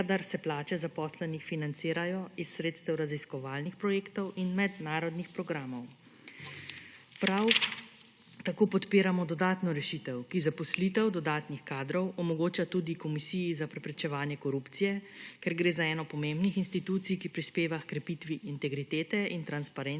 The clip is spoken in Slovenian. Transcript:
kadar se plače zaposlenih financirajo iz sredstev raziskovalnih projektov in mednarodnih programov. Prav tako podpiramo dodatno rešitev, ki zaposlitev dodatnih kadrov omogoča tudi Komisiji za preprečevanje korupcije, ker gre za eno od pomembnih institucij, ki prispevajo h krepitvi integritete in transparentnosti